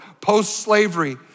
post-slavery